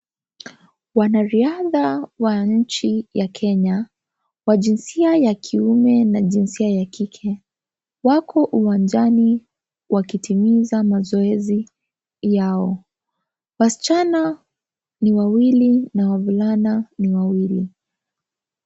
Wanariadha wa nchi ya Kenya wa jinsia ya kiume na jinsia ya kike wako uwanjani wakitimiza mazoezi yao. Wasichana ni wawili na wavulana ni wawili.